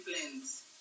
plans